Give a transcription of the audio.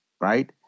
right